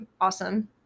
awesome